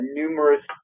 numerous